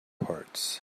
parts